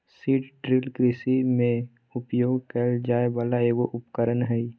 seed drill कृषि में उपयोग कइल जाय वला एगो उपकरण हइ